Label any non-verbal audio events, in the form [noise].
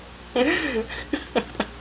[laughs]